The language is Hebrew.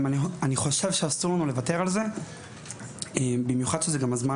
אני חושב שאסור לנו לוותר על זה במיוחד שזה גם הזמן